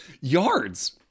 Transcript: yards